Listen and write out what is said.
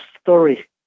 story